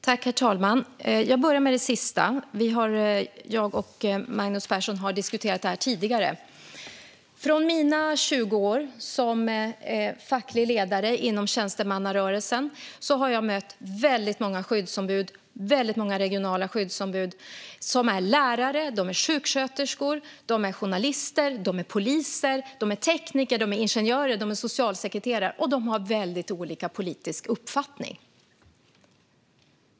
Herr talman! Jag börjar med det sista. Jag och Magnus Persson har diskuterat det här tidigare. Under mina 20 år som facklig ledare inom tjänstemannarörelsen har jag mött väldigt många skyddsombud och regionala skyddsombud. De är lärare, sjuksköterskor, journalister, poliser, tekniker, ingenjörer, socialsekreterare och så vidare, och de har väldigt olika politiska uppfattningar.